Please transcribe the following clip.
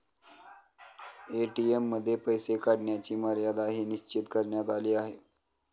ATM मध्ये पैसे काढण्याची मर्यादाही निश्चित करण्यात आली आहे